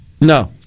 No